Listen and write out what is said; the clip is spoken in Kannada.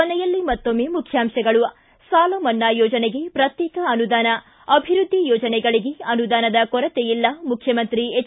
ಕೊನೆಯಲ್ಲಿ ಮತ್ತೊಮ್ಮೆ ಮುಖ್ಯಾಂಶಗಳು ಿ ಸಾಲಮನ್ನಾ ಯೋಜನೆಗೆ ಪ್ರತ್ಯೇಕ ಅನುದಾನ ಅಭಿವೃದ್ಧಿ ಯೋಜನೆಗಳಿಗೆ ಅನುದಾನದ ಕೊರತೆ ಇಲ್ಲ ಮುಖ್ಯಮಂತ್ರಿ ಎಚ್